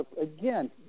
Again